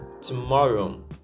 tomorrow